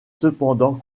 cependant